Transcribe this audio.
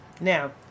Now